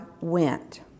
went